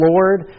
Lord